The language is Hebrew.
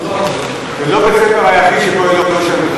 זה לא בית-הספר היחיד שפועל ללא רישיון.